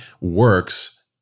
works